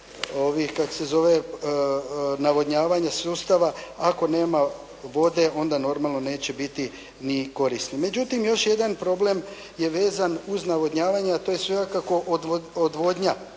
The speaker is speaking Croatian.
ovih kako se zove navodnjavanja sustava ako nema vode onda normalno neće biti ni koristi. Međutim još jedan problem je vezan uz navodnjavanje a to je svakako odvodnja